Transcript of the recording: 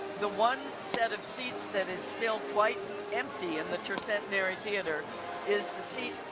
the one set of seats that is still quite empty in the tercentenary theatre is the seat,